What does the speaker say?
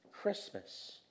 Christmas